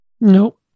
Nope